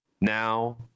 now